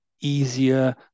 easier